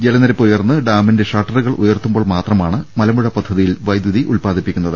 ജലനിരപ്പ് ഉയർന്ന് ഡാമിന്റെ ഷട്ടറുകൾ ഉയർത്തുമ്പോൾ മാത്രമാണ് മലമ്പുഴ പദ്ധതിയിൽ വൈദ്യുതി ഉത്പാദിപ്പിക്കുന്നത്